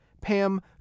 Pam